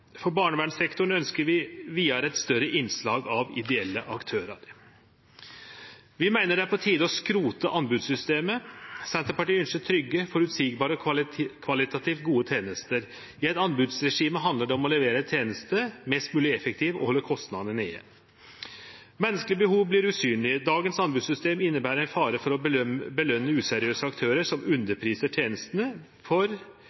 For barnevernssektoren ønskjer vi vidare eit større innslag av ideelle aktørar. Vi meiner det er på tide å skrote anbodssystemet. Senterpartiet ønskjer trygge, føreseielege og kvalitativt gode tenester. I eit anbodsregime handlar det om å levere tenester mest mogleg effektivt og halde kostnadene nede. Menneskelege behov vert usynlege. Dagens anbodssystem inneber ein fare for å velje useriøse aktørar som